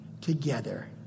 together